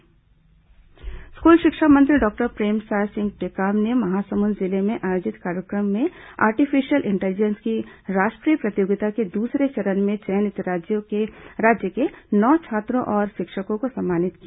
artificial intelligence प्रतियोगिता school शिक्षा मंत्री डॉक्टर प्रेमसाय सिंह टेकाम ने महासमुंद जिले में आयोजित कार्यक्रम में आर्टिफिशियल इंटेलिजेंस की राष्ट्रीय प्रतियोगिता के दूसरे चरण में चयनित राज्य के नौ छात्रों और शिक्षकों को सम्मानित किया